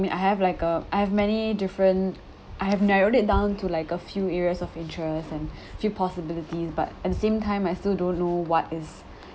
I mean I have like uh I have many different I have narrowed it down to like a few areas of interest and few possibilities but at same time I still don't know what is